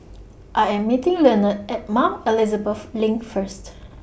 I Am meeting Lenord At Mount Elizabeth LINK First